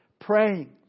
praying